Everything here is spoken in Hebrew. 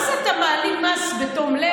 מה זה, אתה מעלים מס בתום לב?